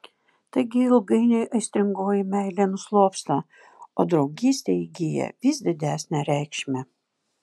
taigi ilgainiui aistringoji meilė nuslopsta o draugystė įgyja vis didesnę reikšmę